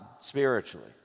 spiritually